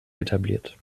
etabliert